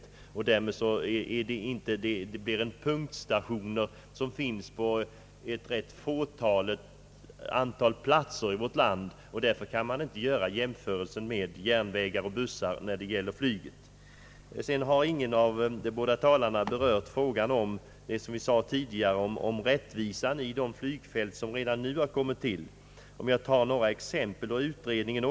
Flygfälten blir då punktstationer som finns på ett fåtal platser i vårt land. Ingen av de båda talarna har berört rättvisesynpunkter när det gäller de flygfält som redan har kommit till. Låt mig ta några exempel från utredningen.